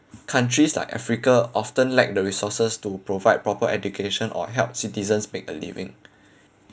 countries like africa often lack the resources to provide proper education or help citizens make a living